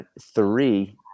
three